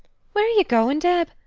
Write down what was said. where are ye goin', deb?